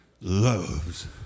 loves